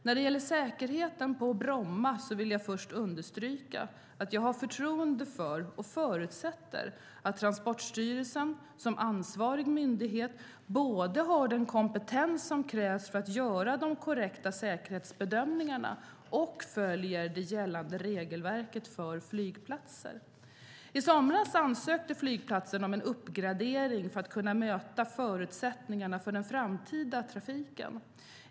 När det gäller säkerheten på Bromma vill jag först understryka att jag har förtroende för och förutsätter att Transportstyrelsen, som ansvarig myndighet, både har den kompetens som krävs för att göra de korrekta säkerhetsbedömningarna och följer det gällande regelverket för flygplatser. I somras ansökte flygplatsen om en uppgradering för att kunna möta förutsättningarna för den framtida trafiken.